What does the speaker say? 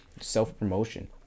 self-promotion